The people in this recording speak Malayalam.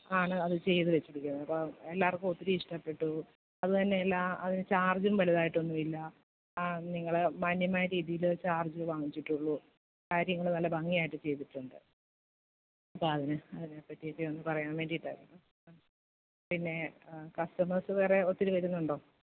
ആണ് അത് ചെയ്തു വച്ചിരിക്കുന്നത് അപ്പം എല്ലാവർക്കും ഒത്തിരി ഇഷ്ടപ്പെട്ടു അതുതന്നെയല്ലാ അതിന് ചാർജും വലുതായിട്ടൊന്നുവില്ല നിങ്ങൾ മാന്യമായ രീതീൽ ചാർജ് വാങ്ങിച്ചിട്ടുള്ളൂ കാര്യങ്ങൾ നല്ല ഭംഗിയായിട്ട് ചെയ്തിട്ടുണ്ട് അപ്പം അതിനെ അതിനെപ്പറ്റിട്ടൊന്ന് പറയാൻ വേണ്ടീട്ടായിരുന്നു പിന്നെ കസ്റ്റമേഴ്സ് വേറെ ഒത്തിരി വരുന്നുണ്ടോ